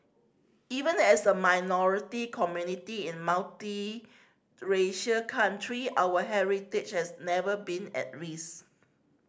even as a minority community in country our heritage has never been at risk